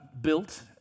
built